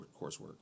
coursework